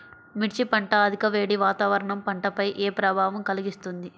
మిర్చి పంట అధిక వేడి వాతావరణం పంటపై ఏ ప్రభావం కలిగిస్తుంది?